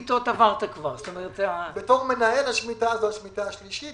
בתור מנהל השמיטה הזאת היא השמיטה השלישית